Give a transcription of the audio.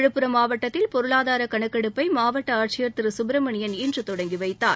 விழுப்புரம் மாவட்டத்தில் பொருளாதார கணக்கெடுப்பை மாவட்ட ஆட்சியர் திரு சுப்ரமணியன் இன்று தொடங்கி வைத்தார்